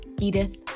Edith